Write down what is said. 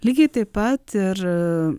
lygiai taip pat ir